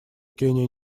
кения